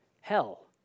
Hell